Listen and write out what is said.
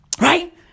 Right